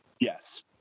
yes